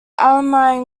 alumni